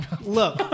Look